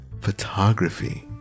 photography